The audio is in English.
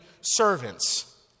servants